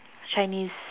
chinese